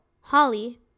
Holly